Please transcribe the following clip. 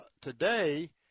today